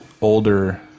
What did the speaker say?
older